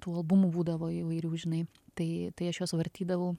tų albumų būdavo įvairių žinai tai tai aš juos vartydavau